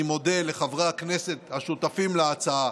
אני מודה לחברי הכנסת השותפים להצעה,